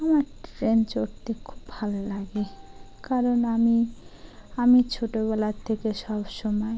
আমার ট্রেন চড়তে খুব ভালো লাগে কারণ আমি আমি ছোটোবেলার থেকে সব সময়